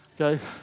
okay